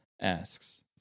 asks